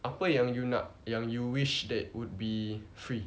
apa yang you nak yang you wish that would be free